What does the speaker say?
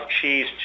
cheese